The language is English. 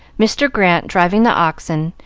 mr. grant driving the oxen,